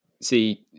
see